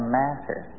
matter